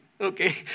okay